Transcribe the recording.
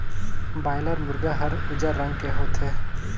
boiler मुरगा हर उजर रंग के होथे